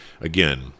again